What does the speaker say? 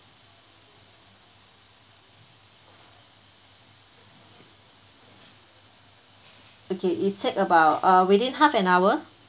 okay it set about ah within half an hour